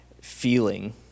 feeling